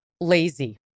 lazy